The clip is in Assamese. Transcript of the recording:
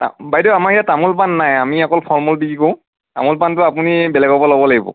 বাইদেউ আমাৰ ইয়াত তামোল পাণ নাই আমি অকল ফল মূল বিক্ৰী কৰোঁ তামোল পাণটো আপুনি বেলেগৰ পৰা ল'ব লাগিব